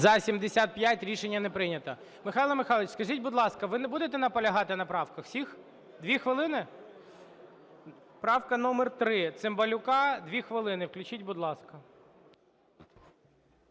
За-75 Рішення не прийнято. Михайло Михайлович, скажіть, будь ласка, ви не будете наполягати на правках всіх? Дві хвилини? Правка номер 3, Цимбалюка. Дві хвилини, включіть, будь ласка.